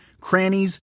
crannies